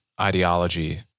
ideology